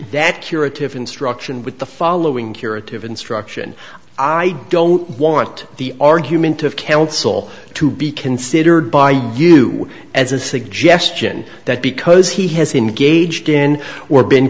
that curative instruction with the following curative instruction i don't want the argument of counsel to be considered by you as a suggestion that because he has engaged in were been